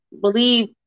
believe